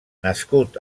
nascut